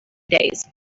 days